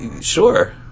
Sure